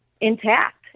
intact